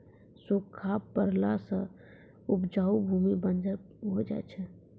सूखा पड़ला सें उपजाऊ भूमि बंजर होय जाय छै